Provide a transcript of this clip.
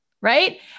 Right